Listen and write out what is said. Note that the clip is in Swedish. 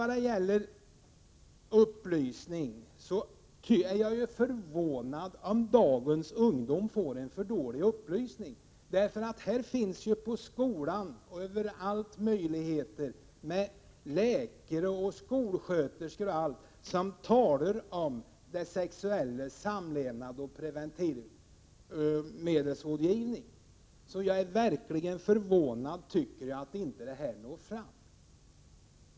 Jag är förvånad över att dagens ungdom får för dålig upplysning, eftersom det i skolan och på andra håll finns läkare, skolsköterskor och andra som talar om det sexuella, samlevnad och preventivmedel. Jag är verkligen förvånad över att denna information inte når fram.